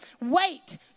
wait